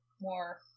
more